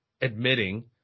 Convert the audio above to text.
admitting